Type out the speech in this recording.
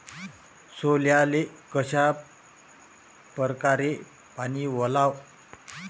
सोल्याले कशा परकारे पानी वलाव?